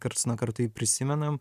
karts nuo karto jį prisimenam